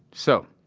so,